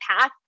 path